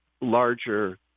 larger